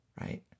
right